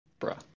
Bruh